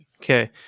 Okay